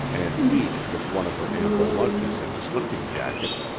and each with one of her ample lunches in his hunting jacket,